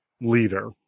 leader